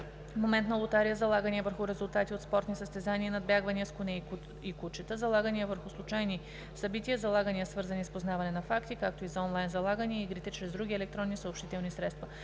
моментна лотария, залагания върху резултати от спортни състезания и надбягвания с коне и кучета, залагания върху случайни събития, залагания, свързани с познаване на факти, както и за онлайн залаганията и игрите чрез други електронни съобщителни средства;